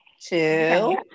two